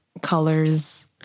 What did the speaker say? colors